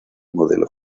modelo